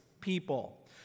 people